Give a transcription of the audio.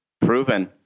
Proven